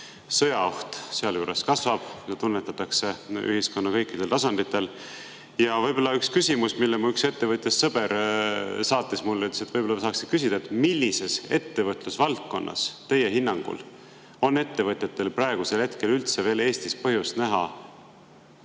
sõjaoht sealjuures kasvab. Seda tunnetatakse ühiskonna kõikidel tasanditel. Ja võib-olla üks küsimus, mille mu ettevõtjast sõber mulle saatis – ta ütles, et võib-olla saaksin teilt küsida. Millises ettevõtlusvaldkonnas teie hinnangul on ettevõtjatel praegusel hetkel üldse veel Eestis põhjust näha